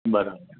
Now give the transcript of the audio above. બરાબર